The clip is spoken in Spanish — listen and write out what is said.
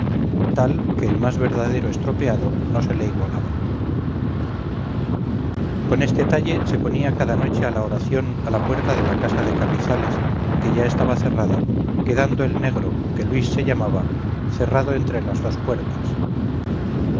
tal que el más verdadero estropeado no se le igualaba con este talle se ponía cada noche a la oración a la puerta de la casa de carrizales que ya estaba cerrada quedando el negro que luis se llamaba cerrado entre las dos puertas